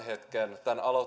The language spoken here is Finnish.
hetken